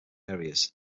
areas